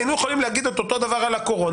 יכולנו לומר אותו דבר על הקורונה,